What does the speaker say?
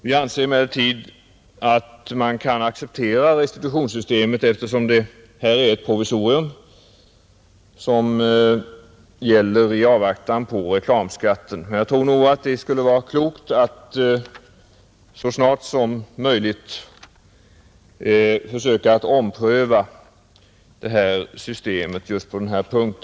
Vi anser emellertid att man kan acceptera restitutionssystemet, eftersom det är ett provisorium som gäller i avvaktan på reklamskatten. Men jag tror det vore klokt att så snart som möjligt försöka att ompröva annonsskatten just på denna punkt.